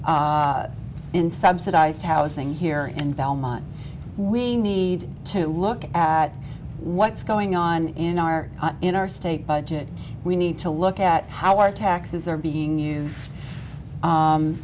subsidized housing here and belmont we need to look at what's going on in our in our state budget we need to look at how our taxes are being